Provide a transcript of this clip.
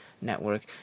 Network